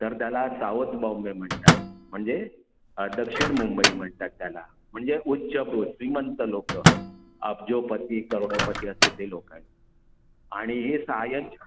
तर त्याला साऊथ बॉम्बे म्हणतात म्हणजे दक्षिण मुंबई म्हणतात त्याला म्हणजे उच्चभ्रू श्रीमंत लोकं अब्जोपती करोडोपती असे ते लोकं आहेत आणि हे सायन